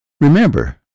Remember